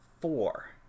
four